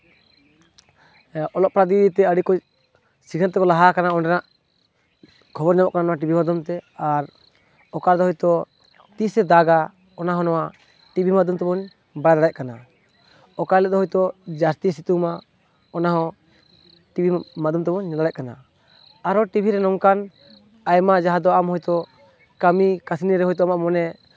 ᱚᱞᱚᱜ ᱯᱟᱲᱦᱟᱜ ᱫᱤᱠ ᱫᱤᱭᱮ ᱟᱹᱰᱤ ᱠᱚ ᱥᱤᱠᱷᱱᱟᱹᱛ ᱛᱮᱠᱚ ᱞᱟᱦᱟ ᱠᱟᱱᱟ ᱚᱸᱰᱮᱱᱟᱜ ᱠᱷᱚᱵᱚᱨ ᱧᱟᱢᱚᱜ ᱠᱟᱱᱟ ᱱᱚᱣᱟ ᱴᱤᱵᱷᱤ ᱢᱟᱫᱽᱫᱷᱚᱢᱛᱮ ᱟᱨ ᱚᱠᱟ ᱫᱚ ᱦᱳᱭᱛᱳ ᱛᱤᱥᱮ ᱫᱟᱜᱟ ᱚᱱᱟ ᱦᱚᱸ ᱱᱚᱣᱟ ᱴᱤᱵᱷᱤ ᱢᱟᱫᱽᱫᱷᱚᱢ ᱛᱮᱵᱚᱱ ᱵᱟᱰᱟᱭ ᱫᱟᱲᱮᱭᱟᱜ ᱠᱟᱱᱟ ᱚᱠᱟ ᱦᱤᱞᱳᱜ ᱫᱚ ᱦᱳᱭᱛᱳ ᱡᱟᱹᱥᱛᱤ ᱥᱤᱛᱩᱝᱟ ᱚᱱᱟ ᱦᱚᱸ ᱴᱤᱵᱷᱤ ᱢᱟᱫᱽᱫᱷᱚᱢ ᱛᱮᱵᱚᱱ ᱧᱮᱞ ᱫᱟᱲᱮᱭᱟᱜ ᱠᱟᱱᱟ ᱟᱨᱚ ᱴᱤᱵᱷᱤ ᱨᱮ ᱱᱚᱝᱠᱟᱱ ᱟᱭᱢᱟ ᱡᱟᱦᱟᱸ ᱫᱚ ᱟᱢ ᱦᱳᱭᱛᱳ ᱠᱟᱹᱢᱤ ᱠᱟᱹᱥᱱᱤ ᱨᱮ ᱦᱳᱭᱛᱳ ᱟᱢᱟᱜ ᱢᱚᱱᱮ